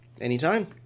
Anytime